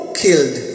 killed